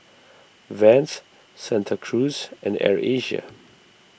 Vans Santa Cruz and Air Asia